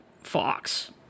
Fox